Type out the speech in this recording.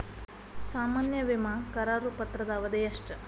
ಸಾಮಾನ್ಯ ವಿಮಾ ಕರಾರು ಪತ್ರದ ಅವಧಿ ಎಷ್ಟ?